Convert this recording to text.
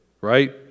Right